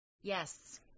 Yes